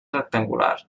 rectangular